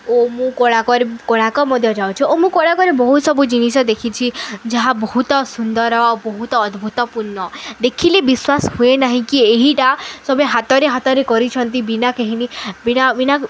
ଓ ମୁଁ କୋଣାର୍କ କୋଣାର୍କ ମଧ୍ୟ ଯାଇଛି ଓ ମୁଁ କୋଣାର୍କରେ ବହୁତ ସବୁ ଜିନିଷ ଦେଖିଛି ଯାହା ବହୁତ ସୁନ୍ଦର ବହୁତ ଅଦ୍ଭୁତପୂର୍ଣ୍ଣ ଦେଖିଲେ ବିଶ୍ଵାସ ହୁଏ ନାହିଁ କି ଏହିଟା ସବେ ହାତରେ ହାତରେ କରିଛନ୍ତି ବିନା କେହିନି ବିନା ବିନା